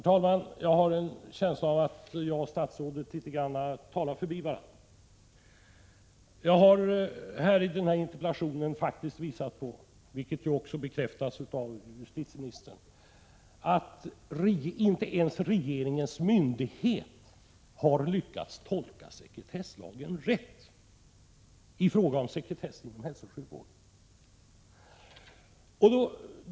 Herr talman! Jag har en känsla av att jag och statsrådet litet grand talar förbi varandra. I interpellationen har jag faktiskt visat på — vilket ju också bekräftas av justitieministern — att inte ens regeringens myndighet har lyckats tolka sekretesslagen rätt när det gäller sekretessen inom hälsooch sjukvården.